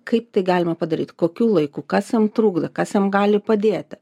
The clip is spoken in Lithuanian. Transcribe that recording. kaip tai galima padaryt kokiu laiku kas jam trukdo kas jam gali padėti